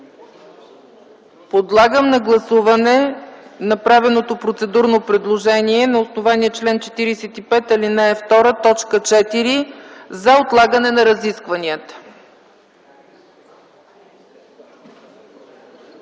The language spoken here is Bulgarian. Подлагам на гласуване направеното процедурно предложение на основание чл. 45, ал. 2, т. 4 за отлагане на разискванията.